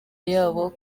yabo